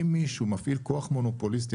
אם מישהו מפעיל כוח מונופוליסטי,